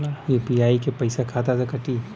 UPI क पैसा खाता से कटी?